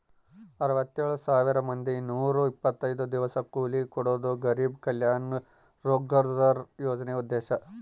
ಅರವತ್ತೆಳ್ ಸಾವಿರ ಮಂದಿಗೆ ನೂರ ಇಪ್ಪತ್ತೈದು ದಿವಸ ಕೂಲಿ ಕೊಡೋದು ಗರಿಬ್ ಕಲ್ಯಾಣ ರೋಜ್ಗರ್ ಯೋಜನೆ ಉದ್ದೇಶ